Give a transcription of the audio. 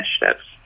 initiatives